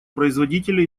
производителя